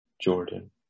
Jordan